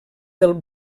del